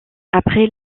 après